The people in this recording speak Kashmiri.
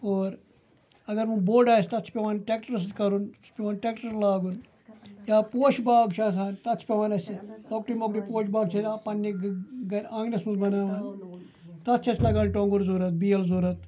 اور اَگَر ووں بوٚڑ آسہِ تَتھ چھُ پیٚوان ٹریٚکٹَر سۭتۍ کَرُن چھُ پیٚوان ٹریٚکٹَر لاگُن یا پوشہِ باغ چھِ آسان تَتھ چھُ پیٚوان اَسہِ لَکٹوٚے مَکٹوٚے پوشہِ باغ چھُ اَسہِ پَننہٕ آنٛگنَس مَنٛز بَناوان تَتھ چھُ اَسہِ لَگان ٹوٚنٛگُر ضرورَت بیل ضرورَت